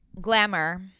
Glamour